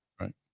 right